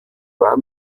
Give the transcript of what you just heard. war